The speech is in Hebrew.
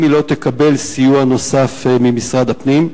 היא לא תקבל סיוע נוסף ממשרד הפנים,